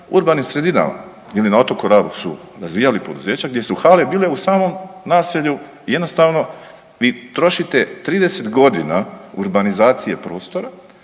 urbanim sredinama ili na otoku Rabu su razvijali poduzeća gdje su hale bile u samom naselju i jednostavno vi trošite 30 godina urbanizacije prostora